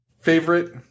favorite